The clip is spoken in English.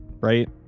right